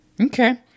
Okay